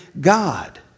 God